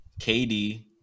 KD